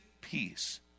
peace